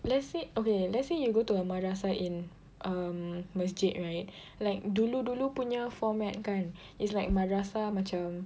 let's say okay let's say you go to a madrasah in um masjid right like dulu dulu punya format kan is like madrasah macam